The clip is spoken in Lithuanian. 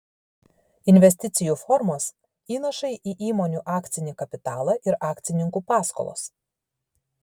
investicijų formos įnašai į įmonių akcinį kapitalą ir akcininkų paskolos